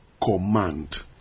command